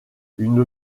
une